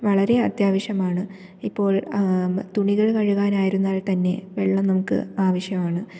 വളരെ അത്യാവശ്യമാണ് ഇപ്പോൾ തുണികൾ കഴുകാൻ ആയിരുന്നാൽ തന്നെ വെള്ളം നമുക്ക് ആവശ്യമാണ്